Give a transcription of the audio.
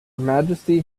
majesty